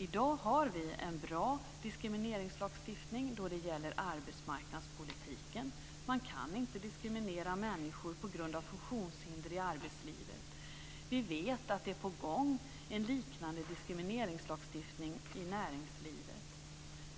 I dag har vi en bra diskrimineringslagstiftning då det gäller arbetsmarknadspolitiken. Man kan inte diskriminera människor på grund av funktionshinder i arbetslivet. Vi vet att en liknande diskrimineringslagstiftning är på gång i näringslivet.